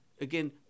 again